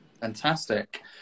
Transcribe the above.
Fantastic